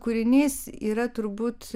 kūrinys yra turbūt